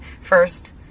first